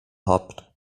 habt